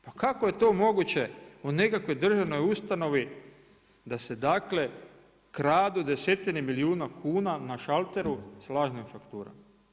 Pa kako je to moguće u nekakvoj državnoj ustanovi da se dakle kradu desetine milijuna kuna na šalteru sa lažnim fakturama?